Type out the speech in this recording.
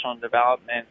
development